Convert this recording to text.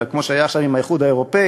אלא כמו שהיה עכשיו עם האיחוד האירופי,